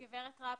גב' ראפ,